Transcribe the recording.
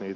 tiloissaan